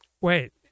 Wait